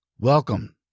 welcome